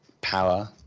power